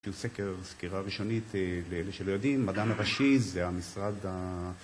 של סקר, סקירה ראשונית לאלה שלא יודעים, מדען הראשי זה המשרד